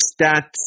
stats